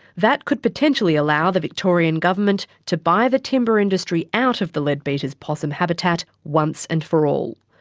that could potentially allow the victorian government to buy the timber industry out of the leadbeater's possum habitat once and for all.